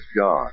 God